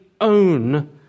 own